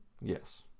Yes